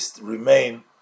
remain